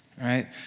right